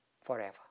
forever